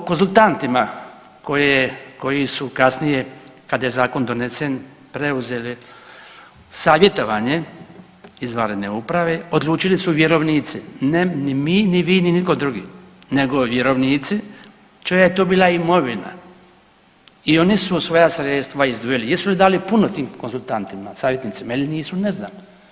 O konzultantima koji su kasnije kad je zakon donesen preuzeli savjetovanje izvanredne uprave odlučili su vjerovnici, ne ni mi, ni vi, ni nitko drugi, nego vjerovnici čija je to bila imovina i oni su svoja sredstva izdvojili, jesu li dali puno tim konzultantima savjetnicima ili nisu ne znamo.